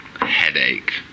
headache